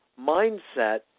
mindset